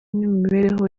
n’imibereho